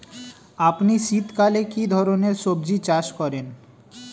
আপনি শীতকালে কী ধরনের সবজী চাষ করেন?